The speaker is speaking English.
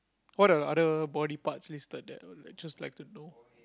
what are the other body parts listed that the lecturers like to know